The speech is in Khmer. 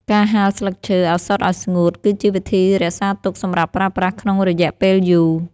ការហាលស្លឹកឈើឱសថឱ្យស្ងួត គឺជាវិធីរក្សាទុកសម្រាប់ប្រើប្រាស់ក្នុងរយៈពេលយូរ។